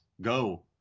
Go